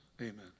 Amen